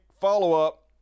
follow-up